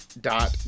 dot